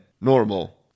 normal